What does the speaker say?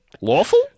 Lawful